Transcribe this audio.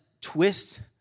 twist